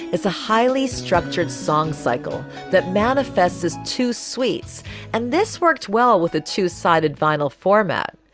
it's a highly structured song cycle that manifests as two suites and this worked well with a two sided vinyl format.